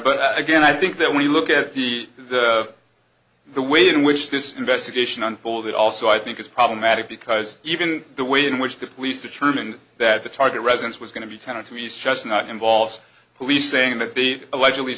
but again i think that when you look at the the way in which this investigation unfolded also i think it's problematic because even the way in which the police determine that the target residence was going to be tended to be used just not involves policing that be allegedly